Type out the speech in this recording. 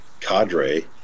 cadre